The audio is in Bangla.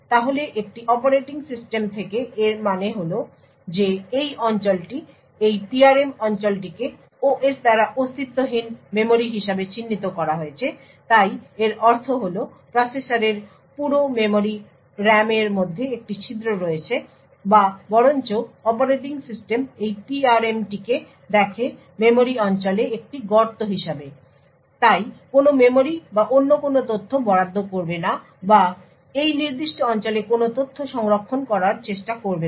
তাহলে একটি অপারেটিং সিস্টেম থেকে এর মানে হল যে এই অঞ্চলটি এই PRM অঞ্চলটিকে OS দ্বারা অস্তিত্বহীন মেমরি হিসাবে চিহ্নিত করা হয়েছে তাই এর অর্থ হল প্রসেসরের পুরো মেমরি RAM এর মধ্যে একটি ছিদ্র রয়েছে বা বরঞ্চ অপারেটিং সিস্টেম এই PRM টিকে দেখে মেমরি অঞ্চলে একটি গর্ত হিসাবে এবং তাই কোনো মেমরি বা অন্য কোনো তথ্য বরাদ্দ করবে না বা এই নির্দিষ্ট অঞ্চলে কোনো তথ্য সংরক্ষণ করার চেষ্টা করবে না